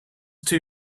too